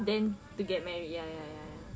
then to get married ya ya ya ya